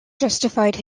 justified